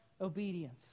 obedience